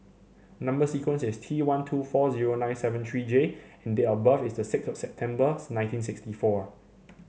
number sequence is T one two four zero nine seven three J and date of birth is six of September nineteen sixty four